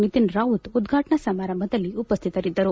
ನಿತಿನ್ ರಾವತ್ ಉದ್ಘಾಟನಾ ಸಮಾರಂಭದಲ್ಲಿ ಉಪಸ್ಥಿತರಿದ್ದರು